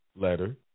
letter